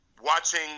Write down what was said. watching